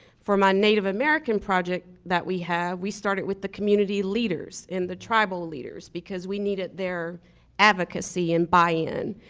for my native american project that we have we started with the community leaders and the tribal leaders because we needed their advocacy and buy in.